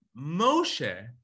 Moshe